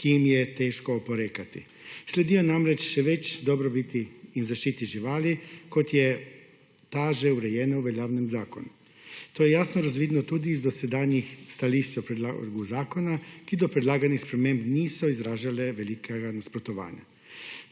ki jim je težko oporekati. Sledijo namreč še več dobrobiti in zaščite živali, kot je ta že urejena v veljavnem zakonu. To je jasno razvidno tudi iz dosedanjih stališč zakona, ki do predlaganih sprememb niso izražale velikega nasprotovanja.